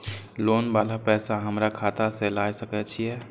Loan वाला पैसा हमरा खाता से लाय सके छीये?